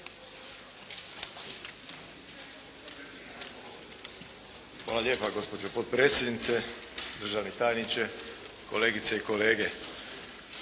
Hvala lijepa gospođo potpredsjednice, državni tajniče, kolegice i kolege.